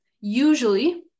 usually